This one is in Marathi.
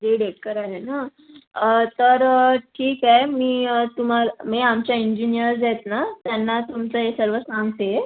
दीड एकर आहे ना तर ठीक आहे मी तुम्हाला मी आमच्या इंजिनियर्स आहेत ना त्यांना तुमचं हे सर्व सांगते